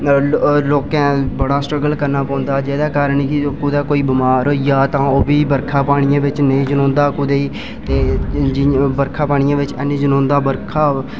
फ्ही लोकें बडा स्ट्रगल करना पौंदा जेह्दे कारण कुतै कोई बिमार ओह् बी बर्खा पानियै च कुदै नेईं जनोंदा ता जि'यां बर्खा पानियै च नेईं जनोंदा